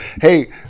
hey